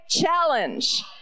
challenge